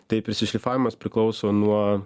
tai prisišlifavimas priklauso nuo